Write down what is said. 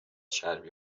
چربی